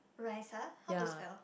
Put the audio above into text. Raisa how to spell